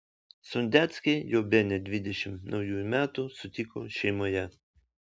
sondeckiai jau bene dvidešimt naujųjų metų sutiko šeimoje